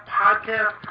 podcast